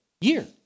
year